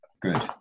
Good